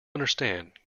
understand